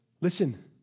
Listen